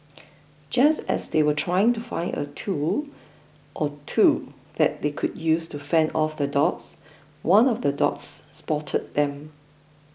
just as they were trying to find a tool or two that they could use to fend off the dogs one of the dogs spotted them